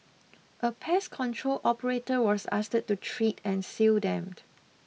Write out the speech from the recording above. a pest control operator was asked to treat and seal them